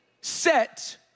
set